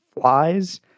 flies